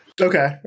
Okay